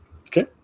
Okay